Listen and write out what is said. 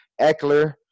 Eckler